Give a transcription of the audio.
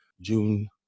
June